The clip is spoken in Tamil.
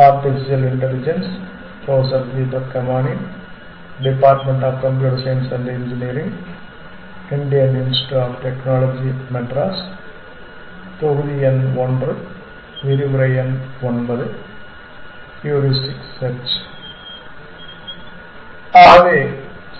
ஆகவே